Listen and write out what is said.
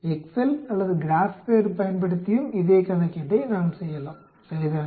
Excel அல்லது GraphPad பயன்படுத்தியும் இதே கணக்கீட்டை நாம் செய்யலாம் சரிதானே